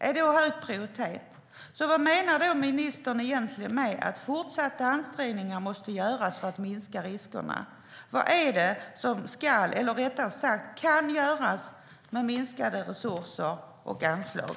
Är det att ha hög prioritet? Vad menar ministern egentligen med att fortsatta ansträngningar måste göras för att minska riskerna? Vad är det som ska eller, rättare sagt, kan göras med minskade resurser och anslag?